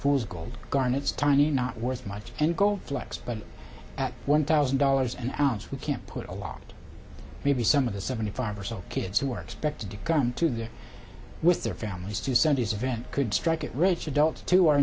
fool's gold garnett's tiny not worth much and gold flecks but at one thousand dollars an ounce we can't put a lot maybe some of the seventy five or so kids who are expected to come to their with their families to sunday's event could strike it rich adults too are